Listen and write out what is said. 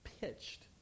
pitched